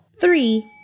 Three